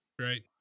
right